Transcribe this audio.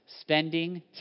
spending